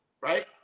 Right